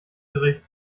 gericht